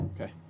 Okay